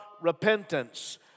repentance